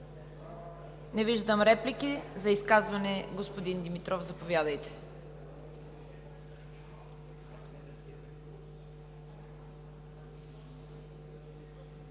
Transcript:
Не виждам. За изказване – господин Димитров, заповядайте.